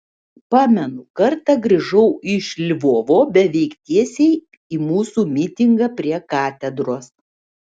pamenu kartą grįžau iš lvovo beveik tiesiai į mūsų mitingą prie katedros